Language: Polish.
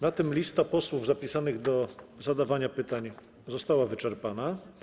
Na tym lista posłów zapisanych do zadawania pytań została wyczerpana.